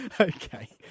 Okay